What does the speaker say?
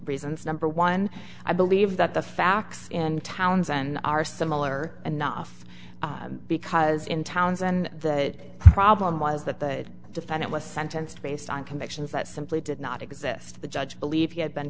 reasons number one i believe that the facts in towns and are similar enough because in towns and the problem was that the defendant was sentenced based on convictions that simply did not exist the judge believe he had been